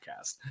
podcast